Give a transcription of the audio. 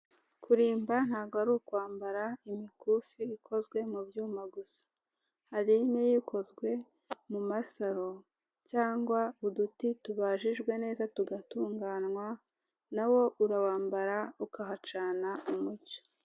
Kurimba ntago ari ukwambara imikufi ikozwe mu byuma gusa hari n'iy'ikozwe mu masaro cyangwa uduti tubajijwe neza tugatunganywa na wo urabambara ukahacana umucyo.